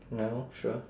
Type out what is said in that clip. no sure